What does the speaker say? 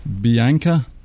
Bianca